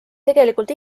tegelikult